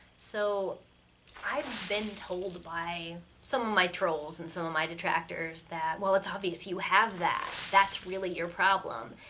so i've been told by some of my trolls and some of my detractors, that well it's obvious you have that! that's really your problem!